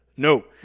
No